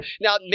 Now